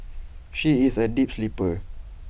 she is A deep sleeper